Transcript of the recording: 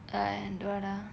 and what ah